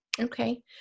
Okay